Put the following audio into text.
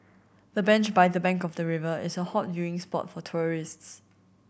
the bench by the bank of the river is a hot viewing spot for tourists